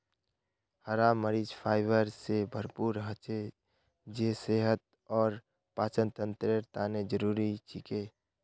हरा मरीच फाइबर स भरपूर हछेक जे सेहत और पाचनतंत्रेर तने जरुरी छिके